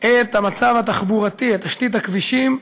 את המצב התחבורתי, את תשתית הכבישים,